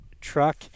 truck